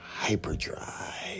hyperdrive